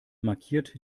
markiert